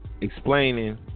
explaining